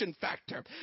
factor